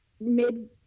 mid